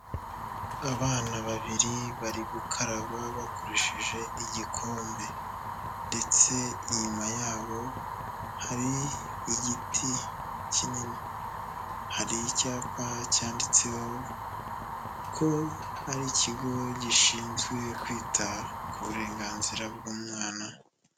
Abana babiri bari gukaraba bakoresheje igikombe ndetse inyuma yabo hari igiti kinini, hari icyapa cyanditseho ko ari ikigo gishinzwe kwita ku burenganzira bw'umwana.